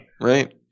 right